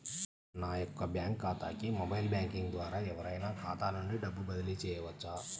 నా యొక్క బ్యాంక్ ఖాతాకి మొబైల్ బ్యాంకింగ్ ద్వారా ఎవరైనా ఖాతా నుండి డబ్బు బదిలీ చేయవచ్చా?